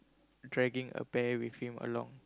dragging a bear with him along